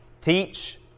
teach